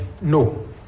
no